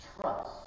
trust